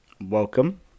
welcome